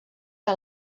que